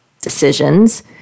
decisions